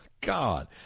God